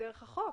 דרך החוק.